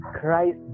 christ